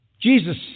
Jesus